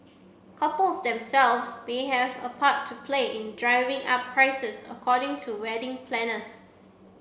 couples themselves may have a part to play in driving up prices according to wedding planners